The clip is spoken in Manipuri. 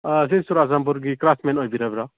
ꯑꯥ ꯁꯤ ꯆꯨꯔꯥꯆꯥꯟꯄꯨꯔꯒꯤ ꯀ꯭ꯔꯥꯐꯃꯦꯟ ꯑꯣꯏꯕꯤꯔꯕ꯭ꯔ